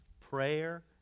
prayer